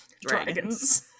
dragons